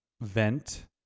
vent